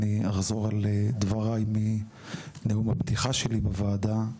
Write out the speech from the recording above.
אני אחזור דבריי מנאום הפתיחה שלי בוועדה,